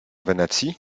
wenecji